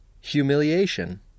humiliation